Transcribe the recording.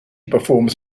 performs